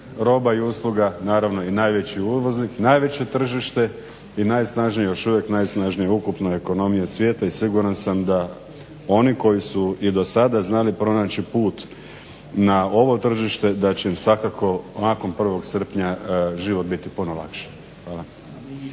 roba i usluga, naravno i najveći uvoznik, najveće tržište i najsnažnije još uvijek najsnažnije ukupno ekonomije svijeta i siguran sam da oni koji su i do sada znali pronaći put na ovo tržište da će im svakako nakon 1.srpnja život biti puno lakši.